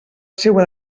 seua